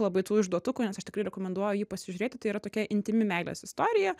labai tų išduotukų nes aš tikrai rekomenduoju jį pasižiūrėti tai yra tokia intymi meilės istorija